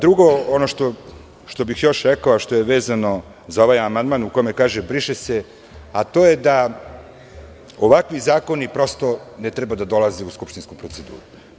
Drugo što bih još rekao a što je vezano za ovaj amandman u kome se kaže –briše se, to je da ovakvi zakoni prosto ne treba da dolaze u skupštinsku proceduru.